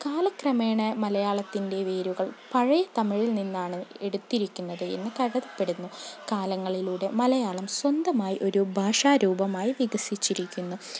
കാലക്രമേണ മലയാളത്തിൻ്റെ വേരുകൾ പഴയ തമിഴിൽ നിന്നാണ് എടുത്തിരിക്കുന്നത് എന്ന് കരുതപ്പെടുന്നു കാലങ്ങളിലൂടെ മലയാളം സ്വന്തമായി ഒരു ഭാഷാരൂപമായി വികസിച്ചിരിക്കുന്നു